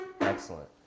Excellent